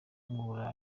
y’uburayi